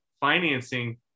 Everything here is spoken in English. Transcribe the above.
financing